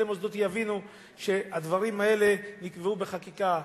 מוסדות יבינו שהדברים האלה נקבעו בחקיקה,